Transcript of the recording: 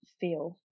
feel